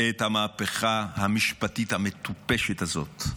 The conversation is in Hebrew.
את המהפכה המשפטית המטופשת הזאת,